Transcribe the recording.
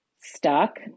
stuck